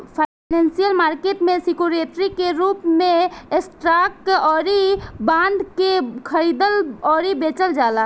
financial market में security के रूप में स्टॉक अउरी बॉन्ड के खरीदल अउरी बेचल जाला